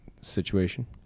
situation